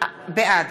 בעד